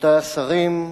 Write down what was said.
רבותי השרים,